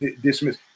dismiss